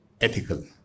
ethical